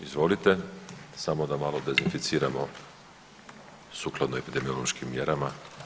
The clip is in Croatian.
Izvolite, samo da malo dezinficiramo sukladno epidemiološkim mjerama.